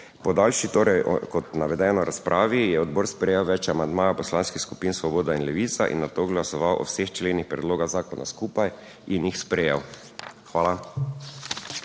Po daljši, torej, kot navedeno v razpravi, je odbor sprejel več amandmajev poslanskih skupin Svoboda in Levica in nato glasoval o vseh členih predloga zakona skupaj in jih sprejel. Hvala.